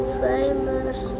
famous